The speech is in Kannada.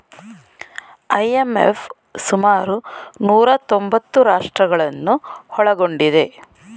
ಐ.ಎಂ.ಎಫ್ ಸುಮಾರು ನೂರಾ ತೊಂಬತ್ತು ರಾಷ್ಟ್ರಗಳನ್ನು ಒಳಗೊಂಡಿದೆ